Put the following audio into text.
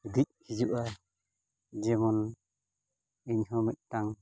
ᱦᱤᱸᱫᱤᱡ ᱦᱤᱡᱩᱜᱼᱟ ᱡᱮᱢᱚᱱ ᱤᱧᱦᱚᱸ ᱢᱤᱫᱴᱟᱝ